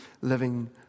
living